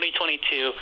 2022